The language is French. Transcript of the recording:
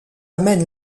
amène